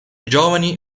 giovani